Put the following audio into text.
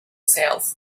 sails